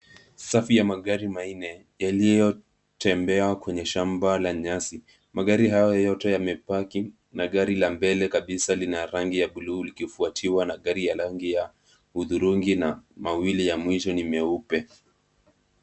Safu ya magari manne yaliyotembea kwenye shamba la nyasi. Magari hayo yote yamepaki na gari la mbele kabisa lina rangi ya bluu likifuatiwa na gari ya rangi ya hudhurungi na mawili ya mwisho ni meupe.